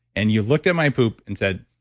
and you looked at my poop and said,